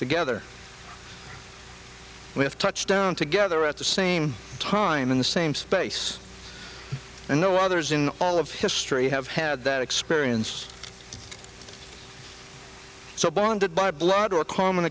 together with touch down together at the same time in the same space and no others in all of history have had that experience so bonded by blood or common